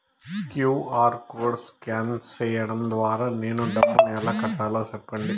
QR code scan సేయడం ద్వారా నేను డబ్బును ఎలా కట్టాలో సెప్పండి?